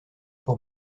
pour